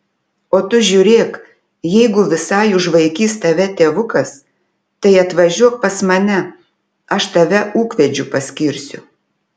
o tu žiūrėk jeigu visai užvaikys tave tėvukas tai atvažiuok pas mane aš tave ūkvedžiu paskirsiu